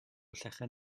llechen